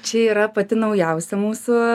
čia yra pati naujausi mūsų